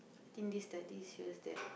think this study shows that